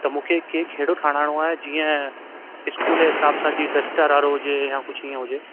त मूंखे केक अहिड़ो ठाराहिणो आहे जीअं इस्कूल जे हिसाब सां जीअं त डस्टर वारो हुजे या कुझु ईअं हुजे